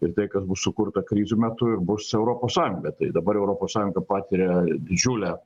ir tai kas bus sukurta krizių metu ir bus europos sąjunga tai dabar europos sąjunga patiria didžiulę